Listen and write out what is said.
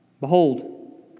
Behold